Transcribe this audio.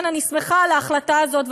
לכן אני שמחה על ההחלטה הזאת,